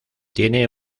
tiene